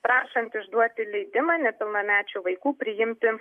prašant išduoti leidimą nepilnamečių vaikų priimti